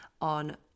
on